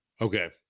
Okay